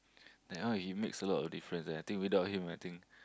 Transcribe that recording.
that one it makes a lot of difference eh I think without him I think